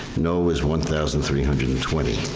no was one thousand three hundred and twenty,